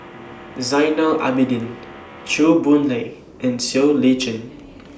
Zainal Abidin Chew Boon Lay and Siow Lee Chin